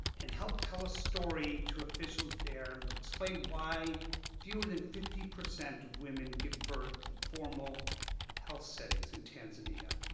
and helped tell a story to officials there that explained why fewer than fifty percent of women give birth in formal health settings in tanzania.